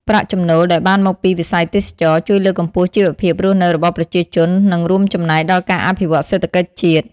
ប្រាក់ចំណូលដែលបានមកពីវិស័យទេសចរណ៍ ជួយលើកកម្ពស់ជីវភាពរស់នៅរបស់ប្រជាជន និងរួមចំណែកដល់ការអភិវឌ្ឍសេដ្ឋកិច្ចជាតិ។